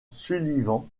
sullivan